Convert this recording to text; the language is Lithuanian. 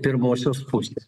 pirmosios pusės